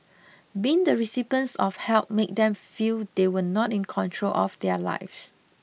being the recipients of help made them feel they were not in control of their lives